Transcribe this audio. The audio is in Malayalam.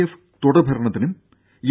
എഫ് തുടർ ഭരണത്തിനും യു